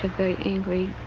very angry.